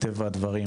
מטבע הדברים,